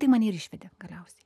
tai mane ir išvedė galiausiai